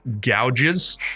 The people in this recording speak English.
gouges